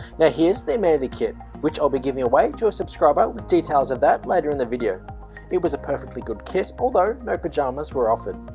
now here's the amenity kit, which i'll be giving away to a subscriber with details of that later in the video it was a perfectly good kit although no pajamas were offered